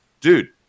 dude